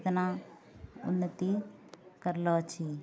एतना उन्नति करलऽ छी